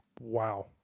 Wow